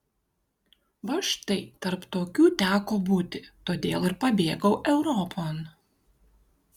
va štai tarp tokių teko būti todėl ir pabėgau europon